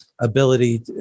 ability